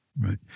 Right